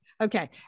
Okay